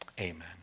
Amen